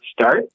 start